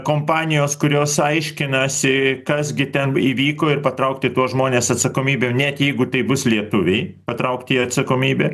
kompanijos kurios aiškinasi kas gi ten įvyko ir patraukti tuos žmones atsakomybėn net jeigu tai bus lietuviai patraukti į atsakomybę